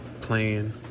playing